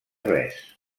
res